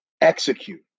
Execute